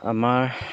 আমাৰ